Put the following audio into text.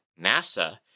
NASA